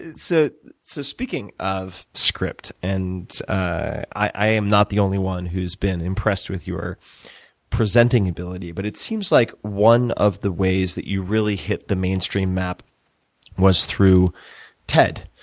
so speaking of script, and i am not the only one who's been impressed with your presenting ability. but it seems like one of the ways that you really hit the mainstream map was through ted.